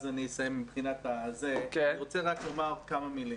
אני רוצה רק לומר כמה מילים.